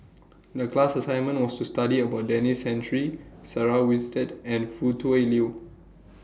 The class assignment was to study about Denis Santry Sarah Winstedt and Foo Tui Liew